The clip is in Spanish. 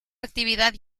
actividad